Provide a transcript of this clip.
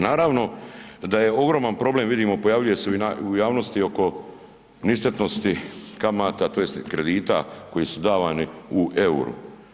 Naravno da je ogroman problem vidimo pojavljuje se i u javnosti oko ništetnosti kamata tj. kredita koji su davani u EUR-u.